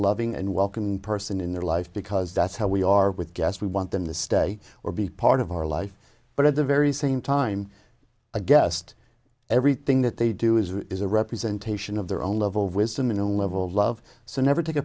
loving and welcoming person in their life because that's how we are with gas we want them to stay or be part of our life but at the very same time a guest everything that they do is a representation of their own level of wisdom in a level of love so never take a